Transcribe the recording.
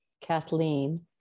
Kathleen